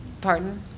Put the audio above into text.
Pardon